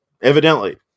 evidently